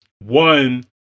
one